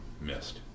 Missed